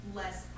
less